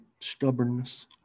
stubbornness